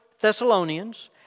Thessalonians